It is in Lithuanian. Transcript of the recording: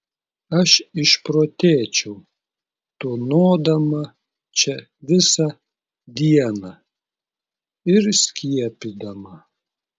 aš išprotėčiau tūnodama čia visą dieną ir skiepydama